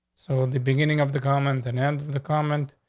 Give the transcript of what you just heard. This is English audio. so the beginning of the comment and end the comment.